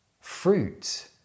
Fruit